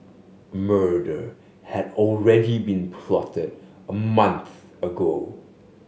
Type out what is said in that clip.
murder had already been plotted a month ago